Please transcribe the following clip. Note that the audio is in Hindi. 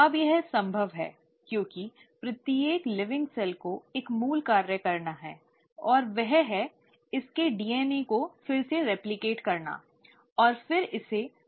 अब यह संभव है क्योंकि प्रत्येक जीवित कोशिका को एक मूल कार्य करना है और वह है इसके डीएनए को फिर से रेप्लकिट करना और फिर इसे डॉटर सेल्स को देना